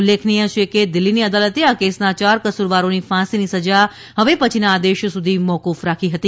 ઉલ્લેખનીય છે કે દિલ્ફીની દાલતે આ કેસના ચાર કસુરવારોની ફાસીની સજા હવે પછીના આદેશ સુધી મોકુફ રાખી હતી